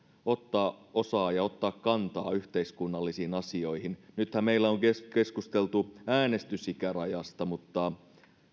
ottaa osaa ja ottaa kantaa yhteiskunnallisiin asioihin nythän meillä on keskusteltu äänestysikärajasta mutta